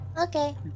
Okay